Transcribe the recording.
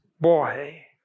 boy